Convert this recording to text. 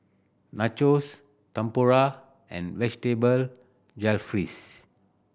Nachos Tempura and Vegetable Jalfrezi